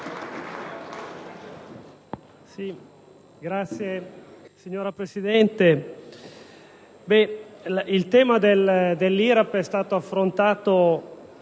il tema dell'IRAP è stato già affrontato